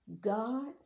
God